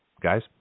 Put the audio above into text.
Guys